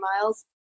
miles